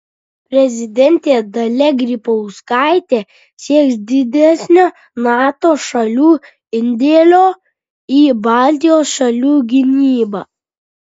prezidentė dalia grybauskaitė sieks didesnio nato šalių indėlio į baltijos šalių gynybą